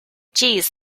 jeez